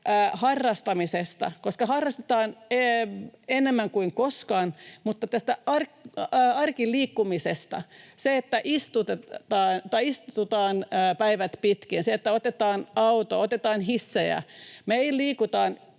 harrastamisesta, koska nyt harrastetaan enemmän kuin koskaan, vaan tästä arkiliikkumisesta. Se, että istutaan päivät pitkät, se, että otetaan auto, otetaan hissi — me ei liikuta